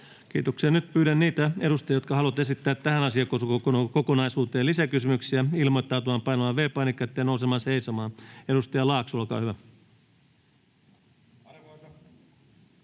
Kiitoksia. — Nyt pyydän niitä edustajia, jotka haluavat esittää tähän asiakokonaisuuteen lisäkysymyksiä, ilmoittautumaan painamalla V-painiketta ja nousemalla seisomaan. — Edustaja Laakso, olkaa hyvä.